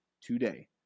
today